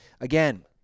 Again